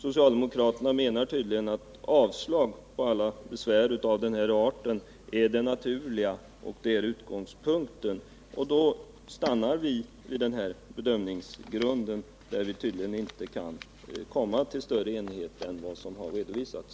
Socialdemokraterna menar tydligen att avslag på alla besvärsärenden av den här arten är det naturliga och det som skall vara utgångspunkten. Det betyder att vi inte kan uppnå större enighet än vad som har redovisats.